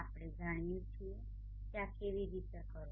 આપણે જાણીએ છીએ કે આ કેવી રીતે કરવું